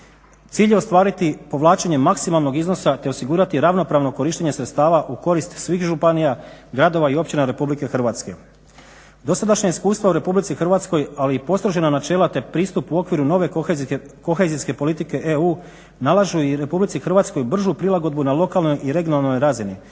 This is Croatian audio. Cilj je ostvariti povlačenje maksimalnog iznosa te osigurati ravnopravno korištenje sredstava u korist svih županija, gradova i općina RH. Dosadašnja iskustva u RH, ali i postrožena načela, te pristup u okviru nove kohezijske politike EU, nalažu i RH bržu prilagodbu na lokalnoj i regionalnoj razini